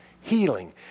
healing